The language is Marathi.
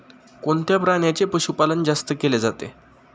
कोणत्या प्राण्याचे पशुपालन जास्त केले जाते?